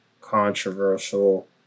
controversial